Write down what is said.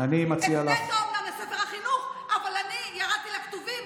הפנית אומנם ל"ספר החינוך" אבל אני ירדתי לכתובים,